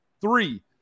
three